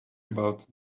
about